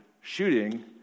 shooting